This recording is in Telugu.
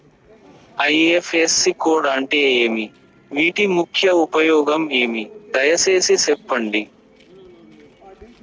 ఐ.ఎఫ్.ఎస్.సి కోడ్ అంటే ఏమి? వీటి ముఖ్య ఉపయోగం ఏమి? దయసేసి సెప్పండి?